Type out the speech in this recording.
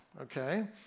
Okay